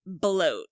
bloat